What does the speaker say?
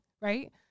right